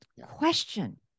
question